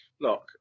look